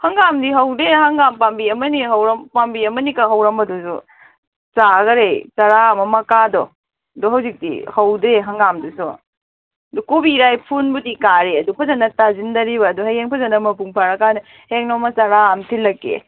ꯍꯪꯒꯥꯝꯗꯤ ꯍꯧꯗꯦ ꯍꯪꯒꯥꯝ ꯄꯥꯝꯕꯤ ꯑꯃꯅꯤ ꯍꯧꯔꯝ ꯄꯥꯝꯕꯤ ꯑꯃꯅꯤ ꯈꯛ ꯍꯧꯔꯝꯕꯗꯨꯁꯨ ꯆꯥꯈꯔꯦ ꯆꯔꯥ ꯑꯃ ꯃꯀꯥꯗꯣ ꯑꯗꯣ ꯍꯧꯖꯤꯛꯇꯤ ꯍꯧꯗꯦ ꯍꯪꯒꯥꯝꯗꯨꯁꯨ ꯑꯗꯣ ꯀꯣꯕꯤꯒꯗꯤ ꯐꯨꯜꯕꯨꯗꯤ ꯀꯥꯔꯦ ꯑꯗꯣ ꯐꯖꯅ ꯇꯥꯁꯤꯟꯗꯔꯤꯕ ꯑꯗꯣ ꯍꯌꯦꯡ ꯐꯖꯅ ꯃꯄꯨꯡ ꯐꯥꯔꯀꯥꯟꯗ ꯍꯌꯦꯡ ꯅꯣꯡꯃ ꯆꯔꯥ ꯑꯃ ꯊꯤꯜꯂꯛꯀꯦ